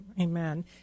amen